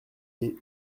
ait